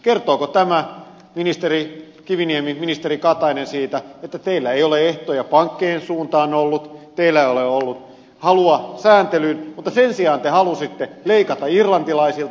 kertooko tämä ministeri kiviniemi ministeri katainen siitä että teillä ei ole ollut ehtoja pankkien suuntaan teillä ei ole ollut halua sääntelyyn mutta sen sijaan te halusitte leikata irlantilaisilta